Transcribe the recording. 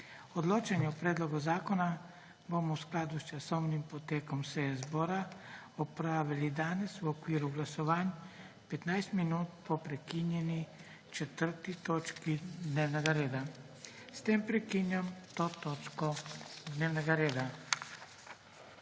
Odločanje o predlogu zakona bomo v skladu s časovnim potekom seje zbora opravili danes v okviru glasovanj, 15 minut po prekinjeni 4. točki dnevnega reda. S tem prekinjam to točko dnevnega reda.